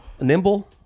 nimble